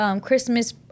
Christmas